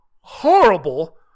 horrible